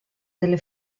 delle